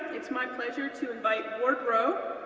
it's my pleasure to invite ward roe,